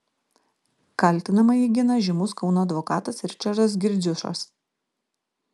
kaltinamąjį gina žymus kauno advokatas ričardas girdziušas